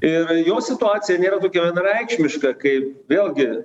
ir jo situacija nėra tokia vienareikšmiška kaip vėlgi